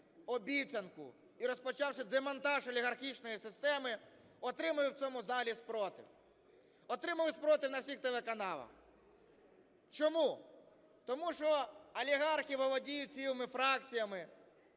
обіцянку і розпочавши демонтаж олігархічної системи, отримуємо в цьому залі спротив, отримуємо спротив на всіх телеканалах. Чому? Тому що олігархи володіють цілими фракціями